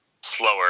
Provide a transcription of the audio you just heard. slower